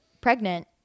pregnant